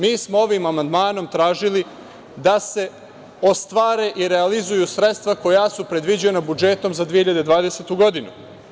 Mi smo ovim amandmanom tražili da se ostvare i realizuju sredstva koja su predviđena budžetom za 2020. godinu.